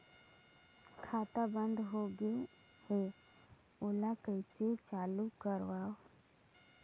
खाता बन्द होगे है ओला कइसे चालू करवाओ?